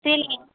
টিলিং